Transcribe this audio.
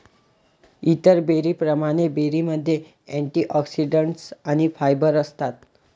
इतर बेरींप्रमाणे, बेरीमध्ये अँटिऑक्सिडंट्स आणि फायबर असतात